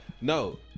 no